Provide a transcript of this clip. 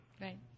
Right